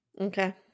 Okay